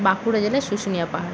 বাঁকুড়া জেলার শুশুনিয়া পাহাড়